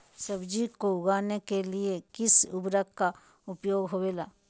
सब्जी को उगाने के लिए किस उर्वरक का उपयोग होबेला?